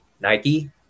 Nike